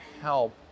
help